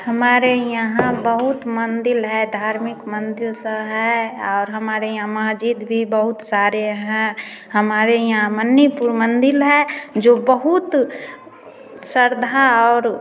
हमारे यहाँ बहुत मंदिर हैं धार्मिक मंदिर सब है और हमारे यहाँ मस्जिद भी बहुत सारे हैं हमारे यहाँ मननिपुर मंदिर है जो बहुत श्रद्धा और